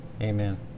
Amen